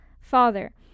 father